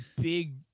big